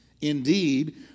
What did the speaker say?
Indeed